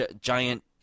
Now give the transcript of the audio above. giant